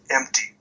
empty